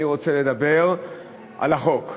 אני רוצה לדבר על החוק.